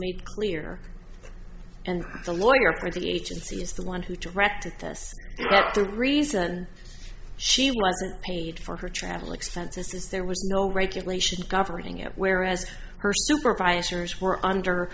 made clear and the lawyer for the agency is the one who just wrecked it this half the reason she wasn't paid for her travel expenses is there was no regulation governing it whereas her supervisors were under